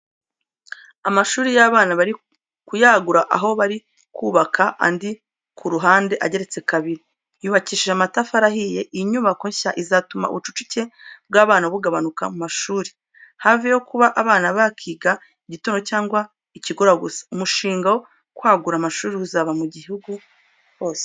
Amashuri y'abana bari kuyagura aho baru kubaka andi ku ruhande ageretse kabiri, yubakishije amatafari ahiye. Iyi nyubako nshya izatuma ubucucike bw'abana bugabanuka mu mashuri, hanaveho kuba abana bakiga igitondo gusa cyangwa ikigoroba gusa. Umushinga wo kwagura amashuri uzaba mu gihugu hose.